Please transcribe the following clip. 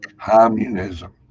communism